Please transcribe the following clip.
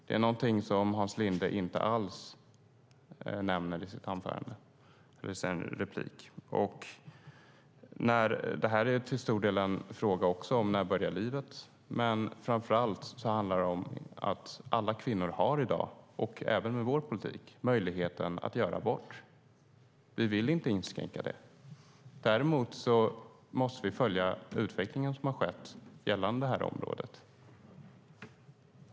Det är något som Hans Linde inte alls nämner i sin replik. Det här är till stor del en fråga om när livet börjar. Alla kvinnor har dock, även med vår politik, möjligheten att göra abort. Vi vill inte inskränka den. Däremot måste vi följa den utveckling som har skett på det här området.